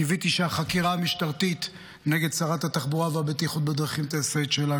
קיוויתי שהחקירה המשטרתית נגד שרת התחבורה והבטיחות בדרכים תעשה את שלה.